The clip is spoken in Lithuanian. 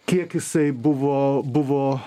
kiek jisai buvo buvo